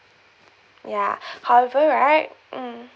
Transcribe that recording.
ya however right mm